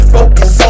Focus